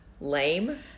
lame